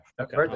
Okay